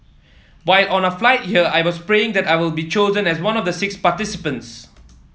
while on our flight here I was praying that I will be chosen as one of the six participants